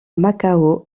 macao